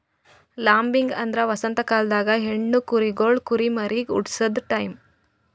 lambing ಅಂದ್ರ ವಸಂತ ಕಾಲ್ದಾಗ ಹೆಣ್ಣ ಕುರಿಗೊಳ್ ಕುರಿಮರಿಗ್ ಹುಟಸದು ಟೈಂ